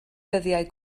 dyddiau